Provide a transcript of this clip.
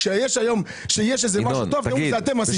כשיש משהו טוב אתם עשיתם.